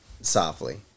softly